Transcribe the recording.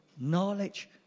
knowledge